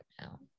now